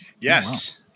Yes